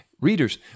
Readers